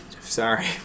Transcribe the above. Sorry